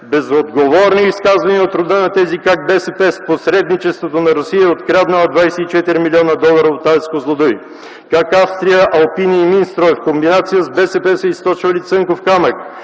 безотговорни изказвания от рода на тези как БСП с посредничеството на Русия е откраднала 24 млн. долара от АЕЦ „Козлодуй”, как Австрия – „Алпине” и „Минстрой” в комбинация с БСП са източвали „Цанков камък”,